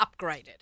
upgraded